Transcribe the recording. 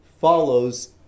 follows